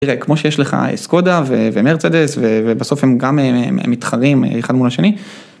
תראה, כמו שיש לך סקודה ומרצדס, ובסוף הם גם מתחרים אחד מול השני.